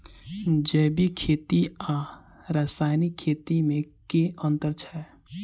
जैविक खेती आ रासायनिक खेती मे केँ अंतर छै?